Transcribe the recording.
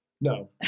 No